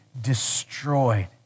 destroyed